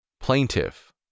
Plaintiff